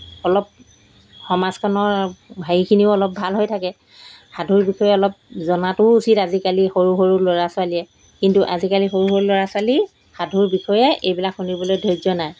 অলপ সমাজখনৰ হেৰিখিনিও অলপ ভাল হৈ থাকে সাধুৰ বিষয়ে অলপ জনাটোও উচিত আজিকালি সৰু সৰু ল'ৰা ছোৱালীয়ে কিন্তু আজিকালি সৰু সৰু ল'ৰ ছোৱালী সাধুৰ বিষয়ে এইবিলাক শুনিবলৈ ধৈৰ্য নাই